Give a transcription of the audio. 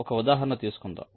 ఒక ఉదాహరణ తీసుకుందాం